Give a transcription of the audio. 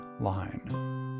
line